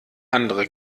andere